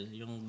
yung